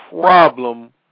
problem